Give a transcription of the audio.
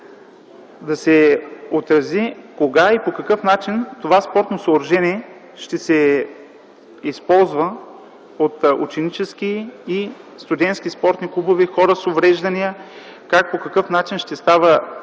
да се отрази кога и по какъв начин това спортно съоръжение ще се използва от ученически и студентски спортни клубове, от хора с увреждания, как и по какъв начин ще става